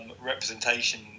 representation